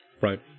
Right